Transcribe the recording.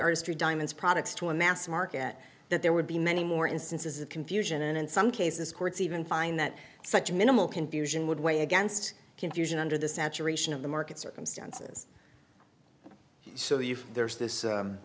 artistry diamonds products to a mass market that there would be many more instances of confusion and in some cases courts even find that such minimal confusion would weigh against confusion under the saturation of the market circumstances so you feel there's this